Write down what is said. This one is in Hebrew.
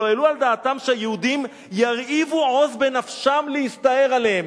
"כי לא העלו על דעתם שהיהודים ירהיבו עוז להסתער עליהם."